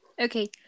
Okay